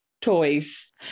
toys